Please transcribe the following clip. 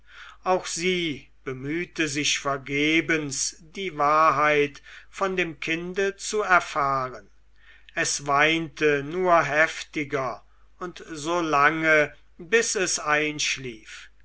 auch sie bemühte sich vergebens die wahrheit von dem kinde zu erfahren es weinte nur heftiger und so lange bis es einschlief